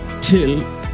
till